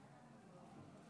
אדוני היושב-ראש,